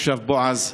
עכשיו בועז,